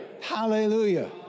hallelujah